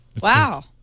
Wow